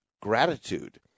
gratitude